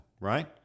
right